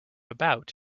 about